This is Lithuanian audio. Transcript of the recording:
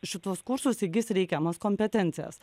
šituos kursus įgis reikiamas kompetencijas